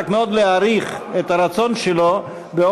יכול רק מאוד להעריך את הרצון שלו ואת